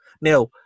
Now